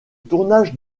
tournage